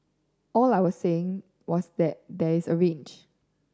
all I was saying was that there is a range